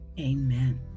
Amen